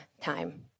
time